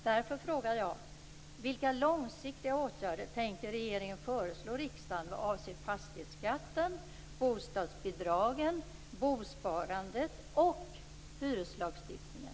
Därför frågar jag: Vilka långsiktiga åtgärder tänker regeringen föreslå riksdagen vad avser fastighetsskatten, bostadsbidragen, bosparandet och hyreslagstiftningen?